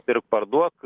pirk parduok